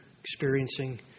experiencing